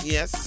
Yes